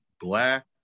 Black